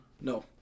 No